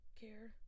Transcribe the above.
care